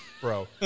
Bro